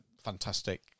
Fantastic